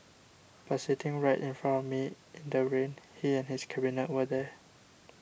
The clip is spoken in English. but sitting right in front of me in the rain he and his cabinet were there